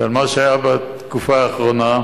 אבל מה שהיה בתקופה האחרונה,